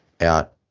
out